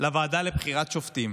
לוועדה לבחירת שופטים,